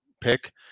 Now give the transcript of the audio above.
pick